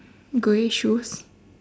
grey shoes